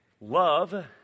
Love